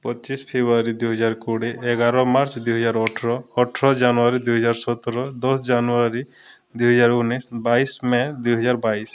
ପଚିଶି ଫେବୃଆରୀ ଦୁଇ ହଜାର କୋଡ଼ିଏ ଏଗାର ମାର୍ଚ୍ଚ ଦୁଇ ହଜାର ଅଠର ଅଠର ଜାନୁଆରୀ ଦୁଇ ହଜାର ସତର ଦଶ ଜାନୁଆରୀ ଦୁଇ ହଜାର ଉଣେଇଶି ବାଇଶି ମେ ଦୁଇ ହଜାର ବାଇଶି